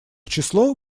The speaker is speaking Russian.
число